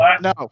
No